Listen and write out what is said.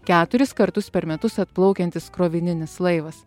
keturis kartus per metus atplaukiantis krovininis laivas